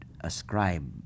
ascribe